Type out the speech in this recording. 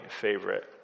favorite